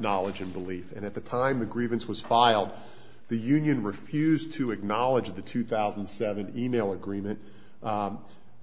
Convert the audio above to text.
knowledge and belief and at the time the grievance was filed the union refused to acknowledge the two thousand and seven email agreement